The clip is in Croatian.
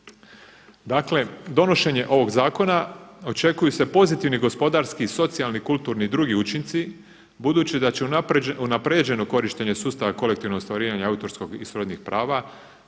Dakle, donošenje ovog zakona očekuju se pozitivni gospodarski, socijalni, kulturni i drugi učinci, budući da će unaprijeđeno korištenje sustava kolektivnog ostvarivanja autorskog i srodnih prava